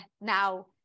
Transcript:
now